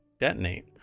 detonate